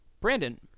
Brandon